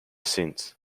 since